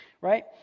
right